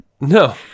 No